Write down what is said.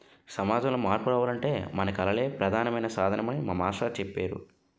సమాజంలో మార్పు రావాలంటే మన కళలే ప్రధానమైన సాధనమని మా మాస్టారు చెప్పేరు